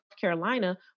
carolina